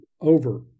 over